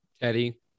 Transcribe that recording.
Teddy